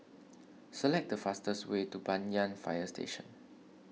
select the fastest way to Banyan Fire Station